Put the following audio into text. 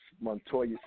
Montoya